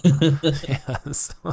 yes